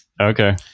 okay